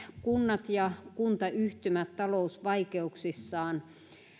kunnat ja kuntayhtymät talousvaikeuksissaan